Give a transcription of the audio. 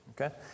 okay